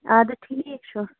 اَدٕ ٹھیٖک چھُ